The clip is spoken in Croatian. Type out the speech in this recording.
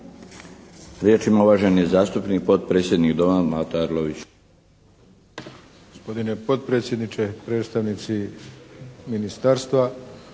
Riječ ima uvaženi zastupnik potpredsjednik Doma, Mato Arlović.